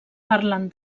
parlen